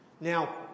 Now